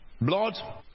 blood